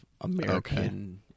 American